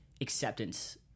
acceptance